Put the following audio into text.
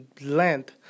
length